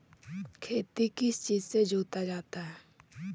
खेती किस चीज से जोता जाता है?